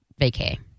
vacay